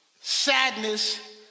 sadness